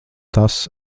tas